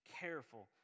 careful